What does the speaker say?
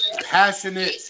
passionate